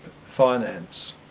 finance